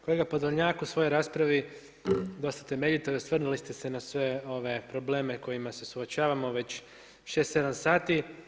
Kolega Podolnjak, u svojoj raspravi dosta temeljito osvrnuli ste se na sve ove probleme s kojima se suočavamo već 6, 7 sati.